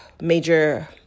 major